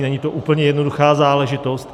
Není to úplně jednoduchá záležitost.